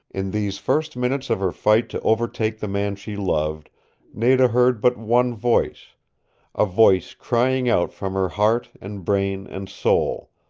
in these first minutes of her fight to overtake the man she loved nada heard but one voice a voice crying out from her heart and brain and soul,